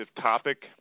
topic